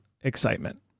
excitement